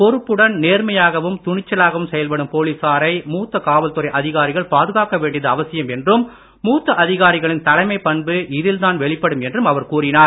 பொறுப்புடன் நேர்மையாகவும் துணிச்சலாகவும் செயல்படும் போலிசாரை மூத்த காவல்துறை அதிகாரிகள் பாதுகாக்க வேண்டியது அவசியம் என்றும் மூத்த அதிகாரிகளின் தலைமை பண்பு இதில் தான் வெளிப்படும் என்றும் அவர் கூறினார்